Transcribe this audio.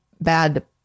bad